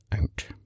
out